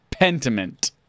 Pentiment